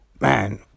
man